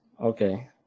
Okay